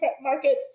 markets